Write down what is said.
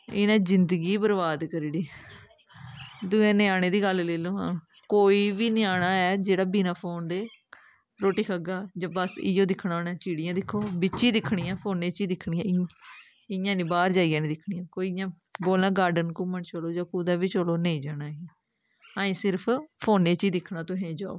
इ'नें जिंदगी बरबाद करी ओड़ी दूआ ञ्यानें दी गल्ल लेई लैओ हां कोई बी ञ्याना ऐ जेह्ड़ा बिना फोन दे रोटो खाह्गा जां बस इ'यै दिक्खना उनें चिड़ियां दिक्खो बिच्च ही दिक्खनी ऐ फोनै च दिक्खनी ऐ इ'यां निं बाह्र जाइयै निं दिक्खनियां कोई इ'यां बोलना गार्डन घूमन चलो जां कुतै बी चलो नेईं जाना ऐ असें सिर्फ फोन च ही दिक्खना तुस जाओ